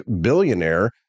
billionaire